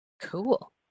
Cool